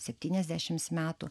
septyniasdešimts metų